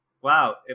Wow